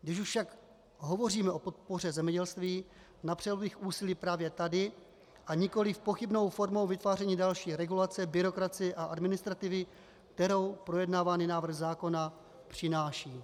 Když už však hovoříme o podpoře zemědělství, napřel bych úsilí právě tady, a nikoli pochybnou formou vytváření další regulace, byrokracie a administrativy, které projednávaný návrh zákona přináší.